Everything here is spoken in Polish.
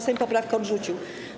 Sejm poprawkę odrzucił.